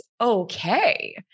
okay